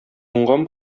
уңган